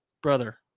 brother